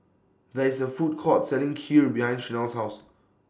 There IS A Food Court Selling Kheer behind Chanelle's House